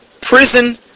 prison